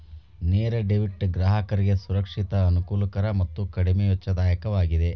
ನೇರ ಡೆಬಿಟ್ ಗ್ರಾಹಕರಿಗೆ ಸುರಕ್ಷಿತ, ಅನುಕೂಲಕರ ಮತ್ತು ಕಡಿಮೆ ವೆಚ್ಚದಾಯಕವಾಗಿದೆ